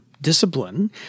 discipline